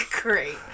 Great